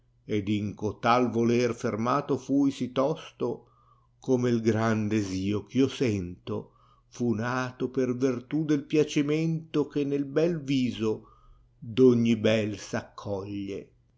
ed in colai voler fermato fui sì tosto come i gran desio eh io sento fu nato per vertù del piacimento che nel bel viso d ogni bel s accoglie